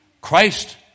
Christ